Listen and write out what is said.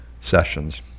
sessions